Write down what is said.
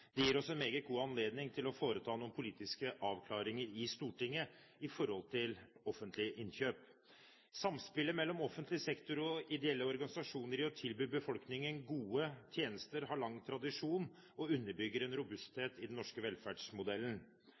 Det gir oss en meget god anledning til å foreta noen politiske avklaringer i Stortinget med tanke på offentlige innkjøp. Samspillet mellom offentlig sektor og ideelle organisasjoner for å tilby befolkningen gode tjenester har lang tradisjon og underbygger en robusthet i den norske velferdsmodellen.